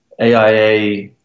AIA